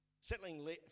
settling